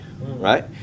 right